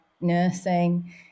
Nursing